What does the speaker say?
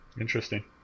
Interesting